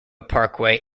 parkway